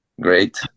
Great